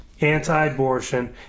anti-abortion